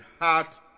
heart